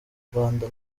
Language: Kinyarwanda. rwanda